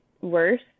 worse